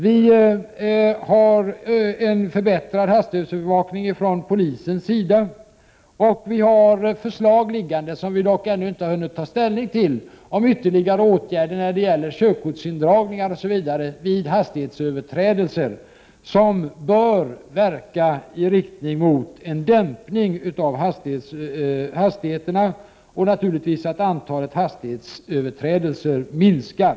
Det finns nu en förbättrad hastighetsövervakning från polisens sida. Och vi har förslag liggande, som vi dock ännu inte har hunnit ta ställning till, om ytterligare åtgärder när det gäller körkortsindragningar osv. vid hastighetsöverträdelser, åtgärder som bör verka i riktning mot att hastigheterna dämpas — och naturligtvis att antalet hastighetsöverträdelser minskar.